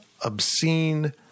obscene